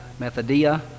methodia